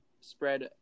spread